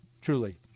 truly